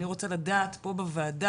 אני רוצה לדעת פה בוועדה,